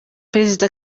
perezida